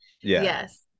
yes